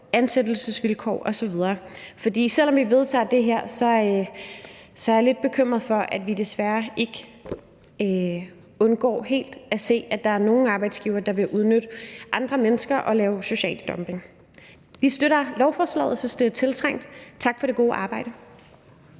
ansættelsesvilkår osv. For selv om vi vedtager det her, er jeg lidt bekymret for, at vi desværre ikke helt undgår at se, at der er nogle arbejdsgivere, der vil udnytte andre mennesker i form af social dumping. Vi støtter lovforslaget og synes, det er tiltrængt. Tak for det gode arbejde.